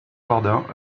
jardin